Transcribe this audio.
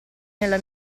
nella